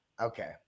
Okay